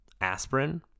aspirin